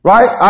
Right